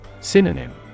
Synonym